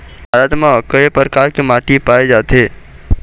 भारत म कय प्रकार के माटी पाए जाथे?